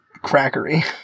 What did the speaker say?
crackery